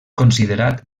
considerat